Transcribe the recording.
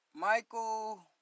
Michael